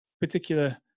particular